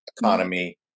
economy